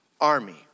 army